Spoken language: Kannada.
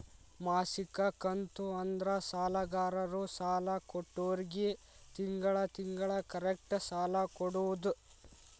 ಮಾಸಿಕ ಕಂತು ಅಂದ್ರ ಸಾಲಗಾರರು ಸಾಲ ಕೊಟ್ಟೋರ್ಗಿ ತಿಂಗಳ ತಿಂಗಳ ಕರೆಕ್ಟ್ ಸಾಲ ಕೊಡೋದ್